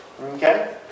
okay